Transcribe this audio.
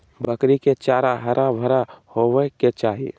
बकरी के चारा हरा भरा होबय के चाही